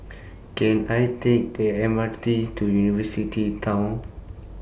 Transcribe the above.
Can I Take The M R T to University Town